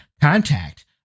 contact